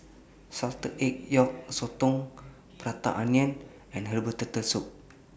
Salted Egg Yolk Sotong Prata Onion and Herbal Turtle Soup